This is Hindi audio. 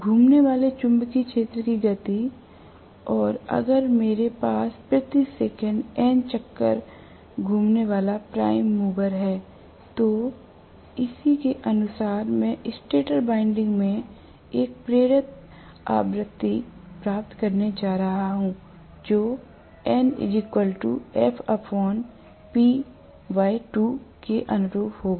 घूमने वाले चुंबकीय क्षेत्र की गति और अगर मेरे पास प्रति सेकंड n चक्कर घूमने वाला प्राइम मूवर है तो इसी के अनुसार मैं स्टेटर वाइंडिंग में एक प्रेरित आवृत्ति प्राप्त करने जा रहा हूं जो के अनुरूप होगा